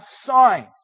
signs